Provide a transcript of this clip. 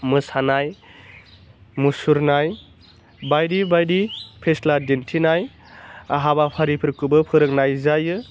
मोसानाय मुसुरनाय बायदि बायदि फेस्ला दिन्थिनाय हाबाफारिफोरखौबो फोरोंनाय जायो